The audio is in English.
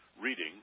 reading